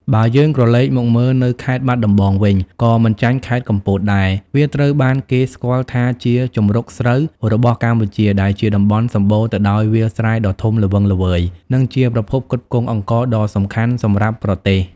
បើយើងក្រឡេកមកមើលនៅខេត្តបាត់ដំបងវិញក៏មិនចាញ់ខេត្តកំពតដែរ វាត្រូវបានគេស្គាល់ថាជា ជង្រុកស្រូវ របស់កម្ពុជាដែលជាតំបន់សម្បូរទៅដោយវាលស្រែដ៏ធំល្វឹងល្វើយ និងជាប្រភពផ្គត់ផ្គង់អង្ករដ៏សំខាន់សម្រាប់ប្រទេស ។